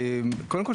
קודם כל,